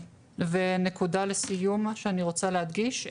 נקודה אחרונה לסיום שאני לציין היא